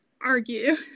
argue